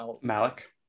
Malik